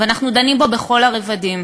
ואנחנו דנים בו בכל הרבדים,